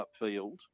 upfield